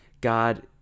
God